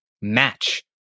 match